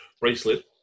bracelet